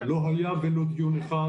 לא היה ולו דיון אחד,